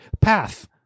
Path